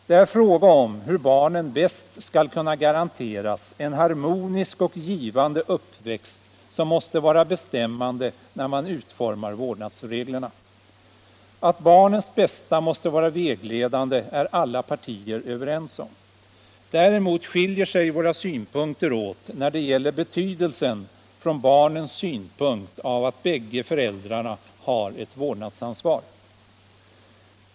Det är frågan om hur barnen bäst skall kunna garanteras en harmonisk och givande uppväxt som måste vara bestämmande när man utformar vårdnadsreglerna. Att barnens bästa måste vara vägledande är alla partier överens om. Däremot skiljer sig våra synpunkter åt när det gäller betydelsen från barnens synpunkt av att bägge föräldrarna har ett vårdnadsansvar.